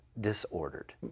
disordered